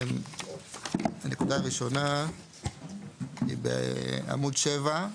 הנקודה הראשונה היא בעמוד 7,